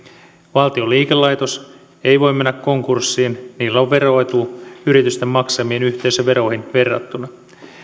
valtion liikelaitos ei voi mennä konkurssiin niillä on veroetu yritysten maksamiin yhteisöveroihin verrattuina